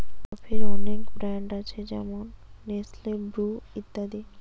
কফির অনেক ব্র্যান্ড আছে যেমন নেসলে, ব্রু ইত্যাদি